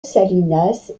salinas